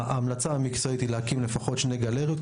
ההמלצה המקצועית היא להקים לפחות שתי גלריות,